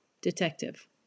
Detective